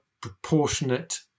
proportionate